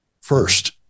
first